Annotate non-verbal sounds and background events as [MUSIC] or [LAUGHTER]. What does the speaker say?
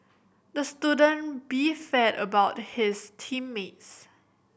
the student [UNINTELLIGIBLE] about his team mates